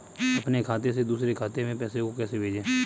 अपने खाते से दूसरे के खाते में पैसे को कैसे भेजे?